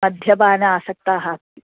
मद्यपानासक्तः अस्ति